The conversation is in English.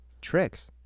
Tricks